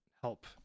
help